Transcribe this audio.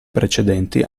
precedenti